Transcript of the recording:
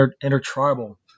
inter-tribal